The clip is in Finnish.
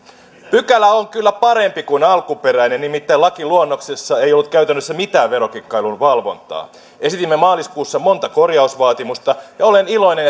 pykälä on kyllä parempi kuin alkuperäinen nimittäin lakiluonnoksessa ei ollut käytännössä mitään verokikkailun valvontaa esitimme maaliskuussa monta korjausvaatimusta ja olen iloinen